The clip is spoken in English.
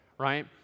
right